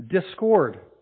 discord